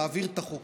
להעביר את החוק.